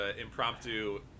impromptu